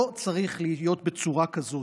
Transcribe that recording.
זה לא צריך להיות בצורה כזאת.